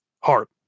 heart